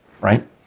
right